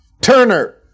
Turner